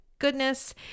Goodness